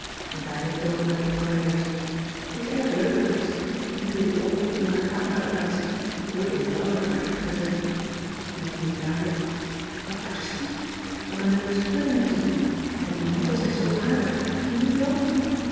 en daarmee togen we naar juffrouw wijers t is erg leuk geweest nu weet ik ook hoe haar kamer er uitziet heel eenvoudig maar echt gezellig pien riep dadelijk wat artistiek wat n leuke pullen hebt u en die matten zijn zoo aardig vin je niet joop